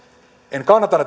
en kannata